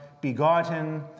begotten